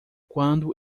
quando